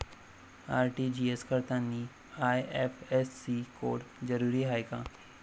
RTGS करतांनी IFSC code जरुरीचा हाय का?